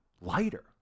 lighter